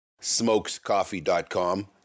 smokescoffee.com